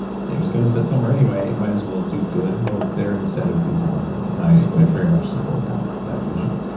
it was going to sit somewhere anyway. it might as well do good while it's there instead of do harm. and then and i like very much support that that vision